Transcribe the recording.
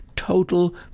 total